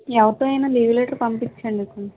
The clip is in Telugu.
ఎవరితో అయినా లీవ్ లెటర్ పంపించండి కొంచెం